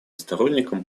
сторонником